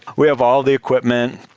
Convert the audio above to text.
we have all the equipment.